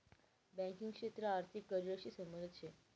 banking क्षेत्र आर्थिक career शी संबंधित शे